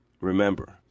Remember